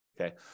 Okay